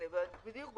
בדיוק.